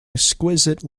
exquisite